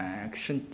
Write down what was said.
action